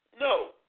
No